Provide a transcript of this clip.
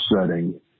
setting